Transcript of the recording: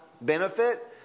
benefit